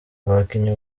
abakinnyi